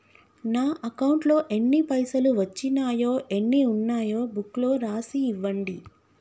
నా అకౌంట్లో ఎన్ని పైసలు వచ్చినాయో ఎన్ని ఉన్నాయో బుక్ లో రాసి ఇవ్వండి?